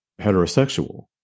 heterosexual